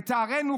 לצערנו,